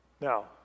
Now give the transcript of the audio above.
Now